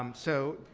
um so,